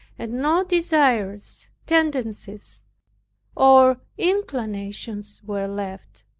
and no desires, tendencies or inclinations were left,